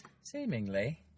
seemingly